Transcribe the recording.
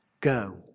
Go